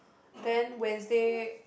then Wednesday